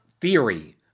theory